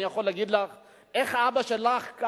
אני יכול להגיד איך אבא שלך,